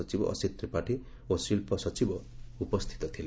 ସଚିବ ଅସିତ ତ୍ରିପାଠୀ ଓ ଶିକ୍ବସଚିବ ଉପସ୍ତିତ ଥିଲେ